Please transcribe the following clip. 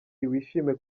wishime